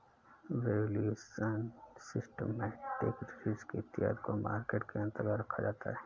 valuation, systematic risk इत्यादि को market के अंतर्गत रखा जाता है